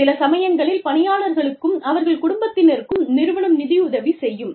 சில சமயங்களில் பணியாளர்களுக்கும் அவர்கள் குடும்பத்திற்கும் நிறுவனம் நிதியுதவி செய்யும்